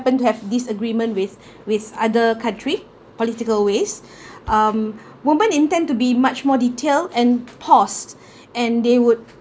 to have disagreement with with other country political ways um women intend to be much more detail and pause and they would